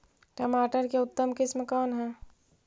टमाटर के उतम किस्म कौन है?